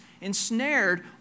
ensnared